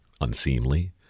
Unseemly